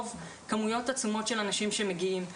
מרוב כמויות עצומות של אנשים שמגיעים,